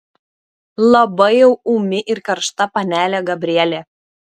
labai jau ūmi ir karšta panelė gabrielė